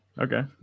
okay